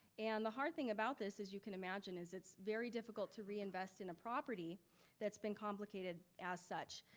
and the hard thing about this, as you can imagine, is it's very difficult to reinvest in a property that's been complicated as such.